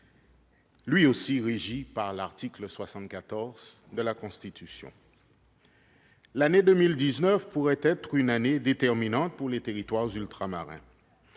lui aussi régi par l'article 74 de la Constitution. L'année 2019 pourrait être une année déterminante pour les territoires ultramarins